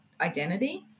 identity